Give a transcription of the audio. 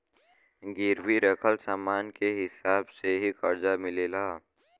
गिरवी रखल समान के हिसाब से ही करजा मिलेला